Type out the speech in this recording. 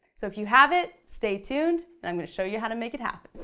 so if you have it, stay tuned, i'm gonna show you how to make it happen.